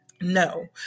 No